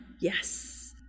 Yes